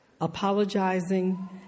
apologizing